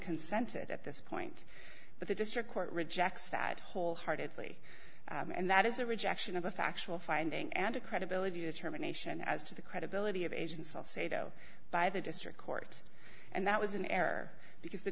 consented at this point but the district court rejects that wholeheartedly and that is a rejection of a factual finding and a credibility of terminations as to the credibility of agent sell saito by the district court and that was in error because the